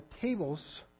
tables